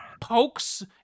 pokes